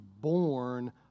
born